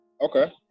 okay